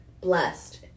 blessed